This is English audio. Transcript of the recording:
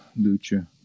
Lucha